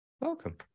Welcome